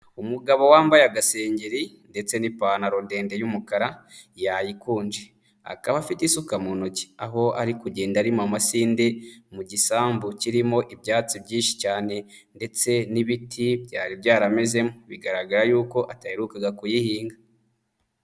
Umugabo wambaye agasengeri ndetse n'ipantaro ndende y'umukara yayikunje, akaba afite isuka mu ntoki, aho ari kugenda arima amasinde mu gisambu kirimo ibyatsi byinshi cyane ndetse n'ibiti byari byari byaramezemo bigaragara y'uko ataherukaga kuyihinga.